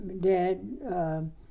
dad